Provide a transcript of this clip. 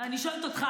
אני שואלת אותך.